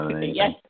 Yes